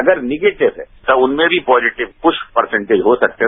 अगर आप निगेटिव हैं तब उनमें भी पॉजिटिव कुछ परसेंटेज हो सकते हैं